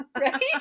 Right